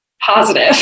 positive